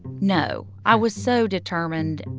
no. i was so determined.